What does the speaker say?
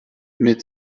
mit